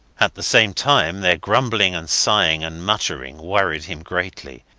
at the same time their grumbling and sighing and muttering worried him greatly,